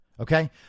Okay